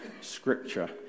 Scripture